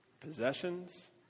possessions